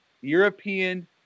European